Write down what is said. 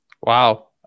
Wow